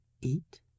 Eat